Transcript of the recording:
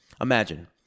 Imagine